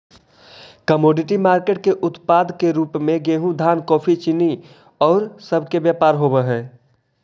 commodity market के उत्पाद के रूप में गेहूं धान कॉफी चीनी औउर सब के व्यापार होवऽ हई